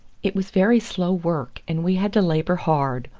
it was very slow work and we had to labour hard,